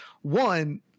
One